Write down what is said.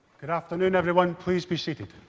good afternoon, everyone. please be seated.